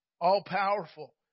All-powerful